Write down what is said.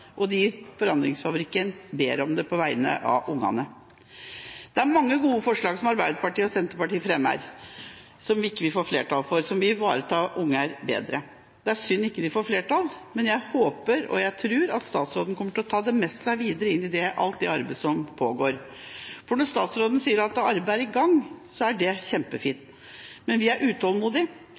synd de ikke får flertall, men jeg håper og tror at statsråden tar dem med seg videre inn i alt det arbeidet som pågår. Når statsråden sier at arbeidet er i gang, er det kjempefint. Men vi er utålmodige.